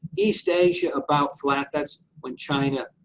east asia, about flat, that's when china,